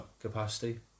capacity